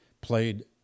played